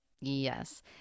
Yes